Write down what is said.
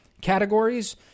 categories